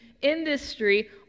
industry